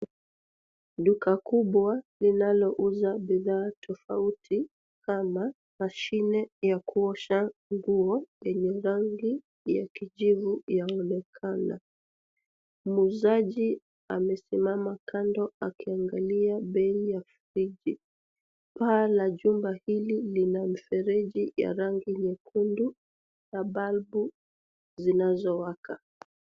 Duka kubwa linalo uza bidhaa tofauti kama mashine ya kuosha nguo lenye rangi ya kijivu yaonekana. Muuzaji amesimama kando akiangalia bei ya friji. Paa la jumba hili lina mfereji ya rangi nyekundu na balbu zinazo waka.